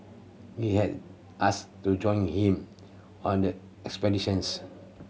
he had asked to join him on the expedition